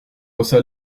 haussa